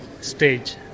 stage